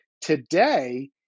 today